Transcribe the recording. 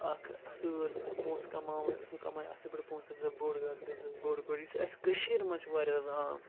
اَکھ اصۭل پونٛسہٕ کَماوان سُہ کماوِ اَصٕل پٲٹھۍ پونٛسہٕ تٔمِس آسہِ بوٚڑ گَرٕ تہِ تٔمِس آسہِ بٔڑ گٲڑۍ یُس اَسہِ کٔشیٖر منٛز چھِ واریاہ زیادٕ عام